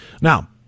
Now